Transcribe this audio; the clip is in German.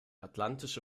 atlantische